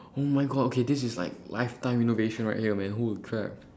oh my god okay this is like lifetime innovation right here man holy crap